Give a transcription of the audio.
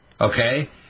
Okay